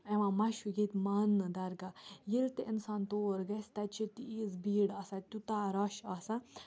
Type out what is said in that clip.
اِوان مشہوٗک ییٚتہِ ماننہٕ درگاہ ییٚلہِ تہِ اِنسان تور گژھِ تَتہِ چھِ تیٖژ بیٖڈ آسان تیوٗتاہ رَش آسان